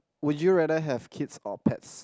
would you rather have kids or pets